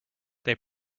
they